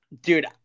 Dude